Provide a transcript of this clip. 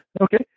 Okay